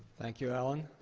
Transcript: thank you, alan.